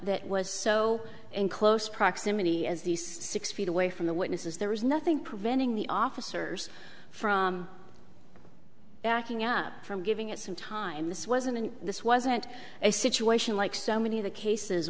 that was so in close proximity as these six feet away from the witnesses there was nothing preventing the officers from backing up from giving it some time this wasn't this wasn't a situation like so many of the cases